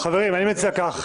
חברים, אני מציע כך: